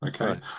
Okay